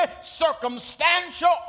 circumstantial